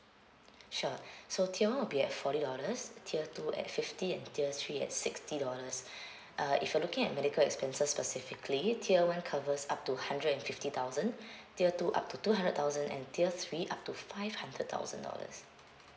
sure so tier one will be at forty dollars tier two at fifty and tier three at sixty dollars uh if you're looking at medical expenses specifically tier one covers up to hundred and fifty thousand tier two up to two hundred thousand and tier three up to five hundred thousand dollars